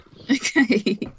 Okay